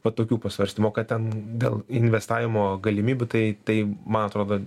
va tokių pasvarstymų o kad ten dėl investavimo galimybių tai tai man atrodo